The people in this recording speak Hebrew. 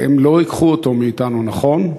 הם לא ייקחו אותו מאתנו, נכון?